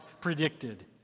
predicted